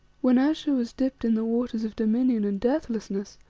when ayesha was dipped in the waters of dominion and deathlessness,